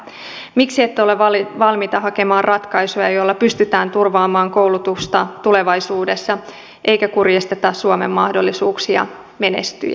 miksi ette ole valmiita hakemaan ratkaisuja joilla pystytään turvaamaan koulutusta tulevaisuudessa eikä kurjisteta suomen mahdollisuuksia menestyä